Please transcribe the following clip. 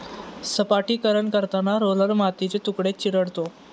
सपाटीकरण करताना रोलर मातीचे तुकडे चिरडतो